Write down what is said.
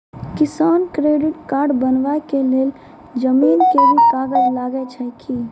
किसान credit card बनबा के लेल जमीन के भी कागज लागै छै कि?